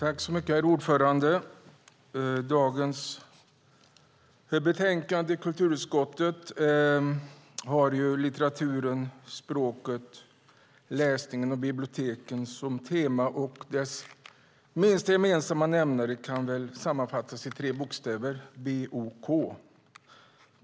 Herr talman! Kulturutskottets betänkande har litteraturen, språket, läsningen och biblioteken som tema, och dess minsta gemensamma nämnare kan sammanfattas i tre bokstäver - bok.